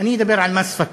אני אדבר על מס שפתיים.